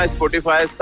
Spotify